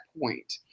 point